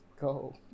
go